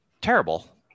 Terrible